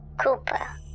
Cooper